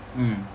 mm